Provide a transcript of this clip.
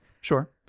Sure